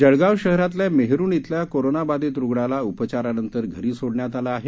जळगाव शहरातल्या मेहरुण शिल्या कोरोना बाधित रुग्णाला उपचारानंतर घरी सोडण्यात आलं आहे